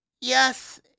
yes